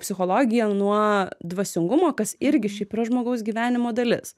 psichologiją nuo dvasingumo kas irgi šiaip yra žmogaus gyvenimo dalis